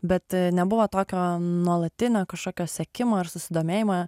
bet nebuvo tokio nuolatinio kažkokio sekimo ar susidomėjimą